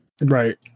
Right